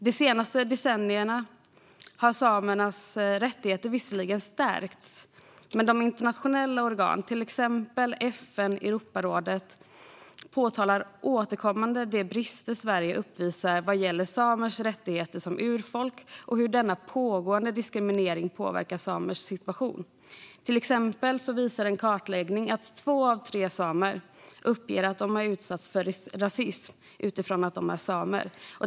De senaste decennierna har samernas rättigheter visserligen stärkts, men internationella organ såsom FN och Europarådet påtalar återkommande de brister Sverige uppvisar vad gäller samers rättigheter som urfolk och hur denna pågående diskriminering påverkar samers situation. Till exempel visar en kartläggning att två av tre samer uppger att de utsatts för rasism utifrån att de är samer.